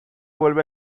vuelve